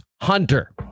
Hunter